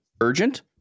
urgent